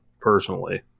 personally